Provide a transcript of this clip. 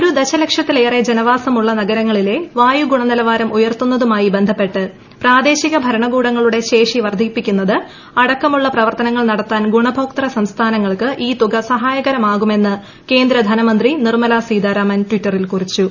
ഒരു ദശ ലക്ഷത്തിലേറെ ജനവാസമുള്ള നഗരങ്ങളിലെ വായു ഗുണനിലവാരം ഉയർത്തുന്നതുമായി ബന്ധപ്പെട്ട് പ്രാദേശിക ഭരണകൂടങ്ങളുടെ ശേഷി വർധിപ്പിക്കുന്നത് അടക്കമുള്ള പ്രവർത്തനങ്ങൾ നടത്താൻ ഗുണഭോക്തൃ സംസ്ഥാനങ്ങൾക്ക് ഇൌ തുക സഹായകരമാകുമെന്ന് കേന്ദ്ര ധനമൃന്തി നിർമല സീതാരാമൻ ടിറ്ററിൽ കുറിച്ചു